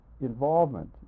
involvement